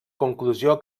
conclusió